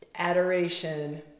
adoration